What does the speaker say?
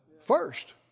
First